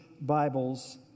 Bibles